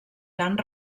cant